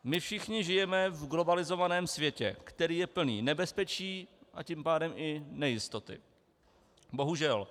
My všichni žijeme v globalizovaném světě, který je plný nebezpečí, a tím pádem i nejistoty, bohužel.